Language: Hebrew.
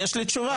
יש לי תשובה.